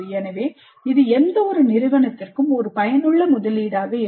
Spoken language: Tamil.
எனவே இது எந்தவொரு நிறுவனத்திற்கும் ஒரு பயனுள்ள முதலீடாக இருக்கும்